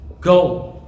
Go